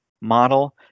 model